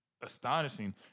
astonishing